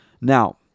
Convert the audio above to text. Now